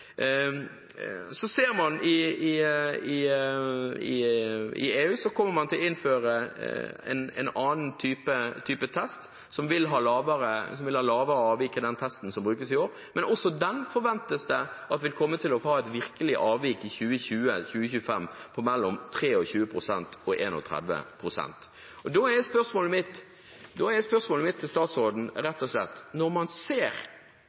Så ser man at man i EU kommer til å innføre en annen type test, som vil ha lavere avvik enn den testen som brukes i år, men også den forventes å ville ha et virkelig avvik i 2020–2025 på mellom 23 pst. og 31 pst. Da er spørsmålet mitt til statsråden rett og slett: Når man ser